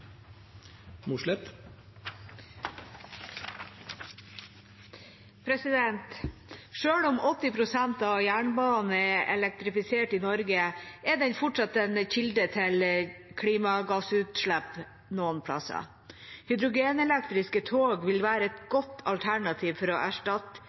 elektrifisert i Norge, er den fortsatt en kilde til klimagassutslipp noen plasser. Hydrogenelektriske tog vil være et godt alternativ for å erstatte